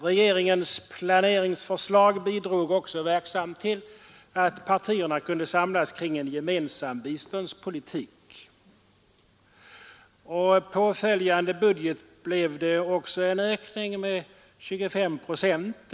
Regeringens planeringsförslag bidrog också verksamt till att partierna kunde samlas kring en gemensam biståndspolitik, och påföljande budget blev det en ökning med 25 procent.